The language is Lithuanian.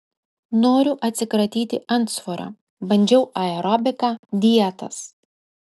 noriu atsikratyti antsvorio bandžiau aerobiką dietas